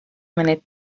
minute